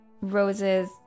Rose's